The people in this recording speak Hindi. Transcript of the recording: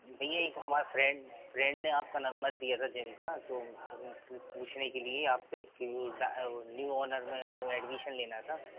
भईया ये सब हमारा फ्रेंड फ्रेंड ने आपका नम्बर दिया था जिम का सो कुछ पूछने के लिए आपसे कि वो न्यू ऑनर में हम लोग एडमिशन लेना था